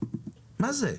מה זה?